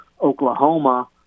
Oklahoma